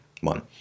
one